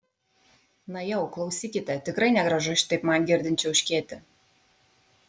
na jau klausykite tikrai negražu šitaip man girdint čiauškėti